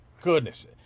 goodness